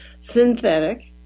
synthetic